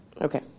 Okay